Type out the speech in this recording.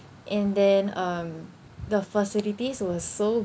and then um the facilities were so